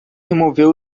removeu